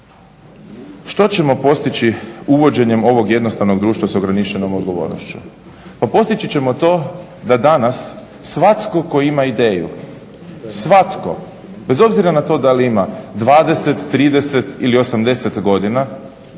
Što ćemo postići uvođenjem ovog jednostavnog društva s ograničenom odgovornošću? Pa postići ćemo to da danas svatko tko ima ideju, svatko bez obzira na to da li ima 20, 30 ili 80 godina